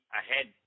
ahead